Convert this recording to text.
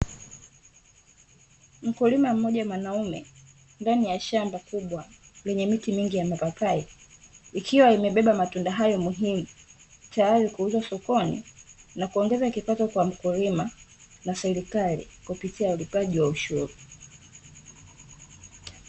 Mkulima mmoja mwanaume ndani ya shamba kubwa lenye miti mingi ya mapapai ikiwa imebeba matunda hayo muhimu tayari kuuzwa sokoni na kuongeza kipato kwa mkulima na serikali kupitia ulipaji wa ushuru.